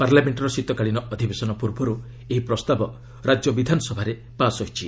ପାର୍ଲାମେଣ୍ଟର ଶୀତକାଳୀନ ଅଧିବେଶନ ପୂର୍ବରୁ ଏହି ପ୍ରସ୍ତାବ ରାଜ୍ୟ ବିଧାନସଭାରେ ପାସ୍ ହୋଇଛି